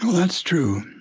that's true.